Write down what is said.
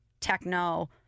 techno